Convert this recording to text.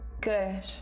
good